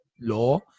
law